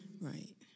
Right